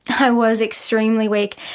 i was extremely weak.